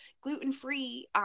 gluten-free